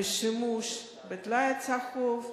לשימוש בטלאי הצהוב,